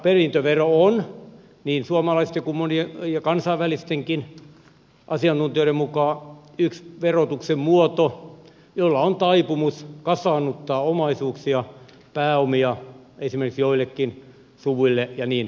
perintövero on suomalaisten ja kansainvälistenkin asiantuntijoiden mukaan yksi verotuksen muoto jolla on taipumus kasaannuttaa omaisuuksia pääomia esimerkiksi joillekin suvuille ja niin edelleen